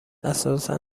اساسا